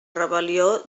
rebel·lió